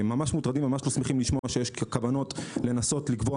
ממש לא שמחים לשמוע שיש כוונות לנסות לקבוע